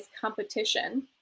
competition